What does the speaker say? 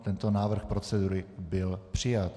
Tento návrh procedury byl přijat.